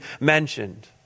mentioned